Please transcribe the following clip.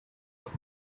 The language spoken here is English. off